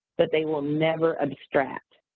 but they will never abstract.